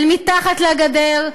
אל מתחת לגדר,